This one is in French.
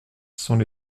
s’en